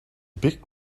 big